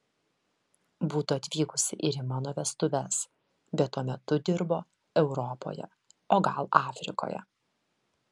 būtų atvykusi ir į mano vestuves bet tuo metu dirbo europoje o gal afrikoje